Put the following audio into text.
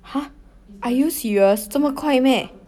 !huh! are you serious 这么快 meh